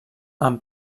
amb